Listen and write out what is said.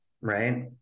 right